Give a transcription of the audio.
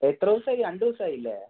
എത്രദിവസമായി രണ്ടു ദിവസമായില്ലേ